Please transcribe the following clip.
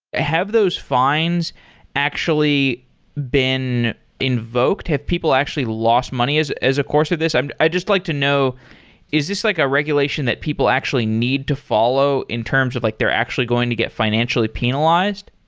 have those fines actually been invoked? have people actually lost money as as a course of this? i just like to know is this like a regulation that people actually need to follow in terms of like they're actually going to get financially penalized?